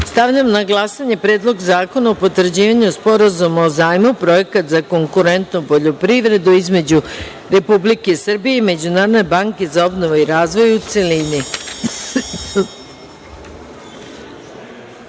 zakona. Stavljam na glasanje Predlog zakona o potvrđivanju Sporazuma o zajmu (Projekat za konkurentnu poljoprivredu) između Republike Srbije i Međunarodne banke za obnovu i razvoj, u